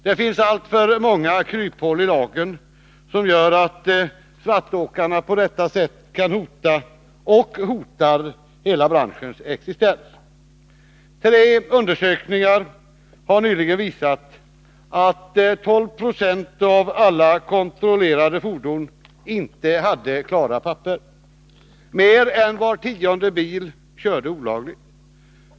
Det finns alltför många kryphål i lagen, som gör att svartåkarna på detta sätt kan hota och hotar hela branschens existens. Tre undersökningar har nyligen visat att 12 96 av alla kontrollerade fordon inte hade klara papper. Mer än var tionde bil körde olagligt.